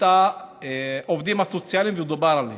את העובדים הסוציאליים, ודובר עליהם.